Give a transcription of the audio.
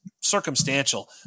circumstantial